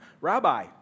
Rabbi